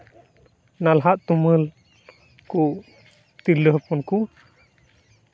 ᱱᱟᱞᱦᱟ ᱛᱩᱢᱟᱹᱞ ᱠᱚ ᱛᱤᱨᱞᱟᱹ ᱦᱚᱯᱚᱱ ᱠᱚ